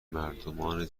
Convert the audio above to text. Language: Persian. مردمان